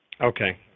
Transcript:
Okay